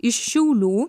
iš šiaulių